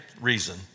reason